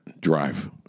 drive